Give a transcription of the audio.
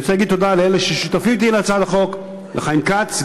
אני רוצה להגיד תודה לאלה ששותפים אתי להצעת החוק: חיים כץ,